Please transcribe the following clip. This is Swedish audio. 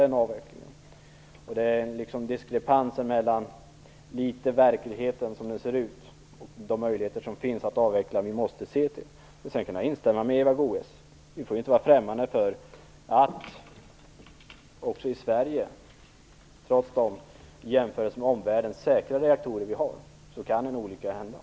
Jag kan dock hålla med Eva Goës om att vi inte får vara främmande för att en olycka kan inträffa även i Sverige, trots att våra reaktorer är säkra i förhållande till dem som finns i världen.